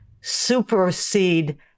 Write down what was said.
supersede